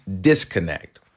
disconnect